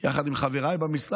מאוד יחד עם חבריי במשרד,